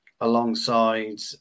alongside